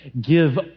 give